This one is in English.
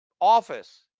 office